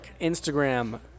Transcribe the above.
Instagram